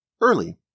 early